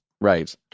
Right